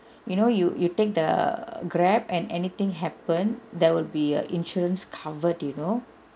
you know you you take the grab and anything happen there will be err insurance covered you know